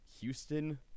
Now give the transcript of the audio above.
Houston